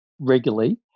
regularly